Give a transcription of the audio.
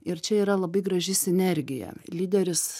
ir čia yra labai graži sinergija lyderis